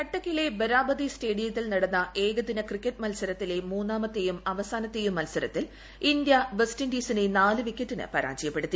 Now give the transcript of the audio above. കട്ടകിലെ ബരാബതി സ്റ്റേഡിയത്തിൽ രൂടന്ന് ഏകദിന ക്രിക്കറ്റ് മത്സരത്തിലെ മൂന്നാമത്തെയും അവസാനത്തെയും മത്സരത്തിൽ ഇന്ത്യ വെസ്റ്റ് ഇൻഡീസീനെ നാല് വിക്കറ്റിന് ഷ്രാജ്യപ്പെടുത്തി